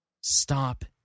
Stop